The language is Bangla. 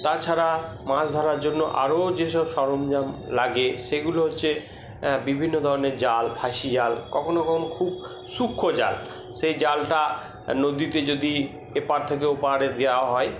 তাছাড়া মাছ ধরার জন্য আরও যেসব সরঞ্জাম লাগে সেগুলো হচ্ছে বিভিন্ন ধরণের জাল খাসি জাল কখনো কখনো খুব সূক্ষ্ণ জাল সেই জালটা নদীতে যদি এপার থেকে ওপারে দেওয়া হয়